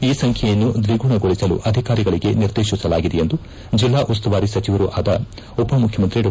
ಈ ಸಂಖ್ಯೆಯನ್ನು ದ್ವಿಗುಣಗೊಳಸಲು ಅಧಿಕಾರಿಗಳಿಗೆ ನಿರ್ದೇತಿಸಲಾಗಿದೆ ಎಂದು ಜಿಲ್ಲಾ ಉಸ್ತುವಾರಿ ಸಚಿವರೂ ಆದ ಉಪಮುಖ್ಯಮಂತ್ರಿ ಡಾ